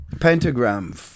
Pentagram